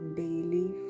daily